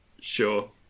Sure